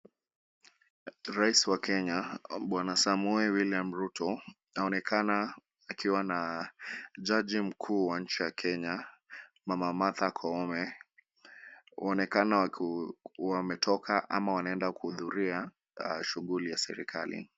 Rais wa Kenya Bwana Samoei William Ruto anaonekana akiwa na jaji mkuu wa nchi ya Kenya Mama Martha Koome waonekana wametoka au wanaenda kuhudhuria shughuli ya serikali.